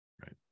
Right